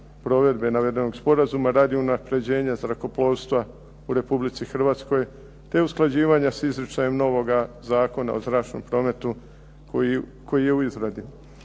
provedbe navedenog sporazuma, radi unapređenja zrakoplovstva u Republici Hrvatskoj, te usklađivanja s izričajem novoga Zakona o zračnom prometu koji je u izradi.